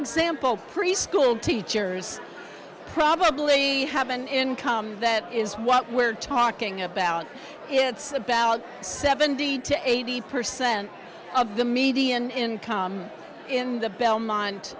example preschool teachers probably they have an income that is what we're talking about it's about seventy to eighty percent of the median income in the belmont